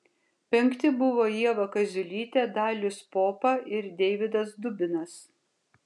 penkti buvo ieva kaziulytė dalius popa ir deividas dubinas